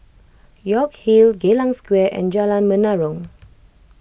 York Hill Geylang Square and Jalan Menarong